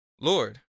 lord